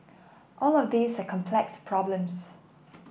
all of these are complex problems